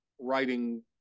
writing